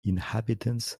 inhabitants